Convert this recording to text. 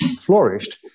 flourished